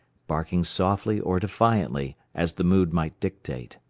barking softly or defiantly, as the mood might dictate.